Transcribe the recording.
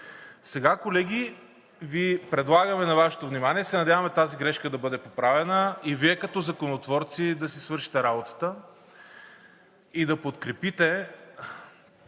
Сега, колеги, предлагаме, и се надяваме тази грешка да бъде поправена, Вие като законотворци да си свършите работата и да подкрепите